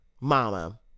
mama